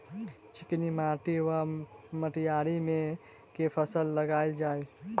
चिकनी माटि वा मटीयारी मे केँ फसल लगाएल जाए?